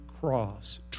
cross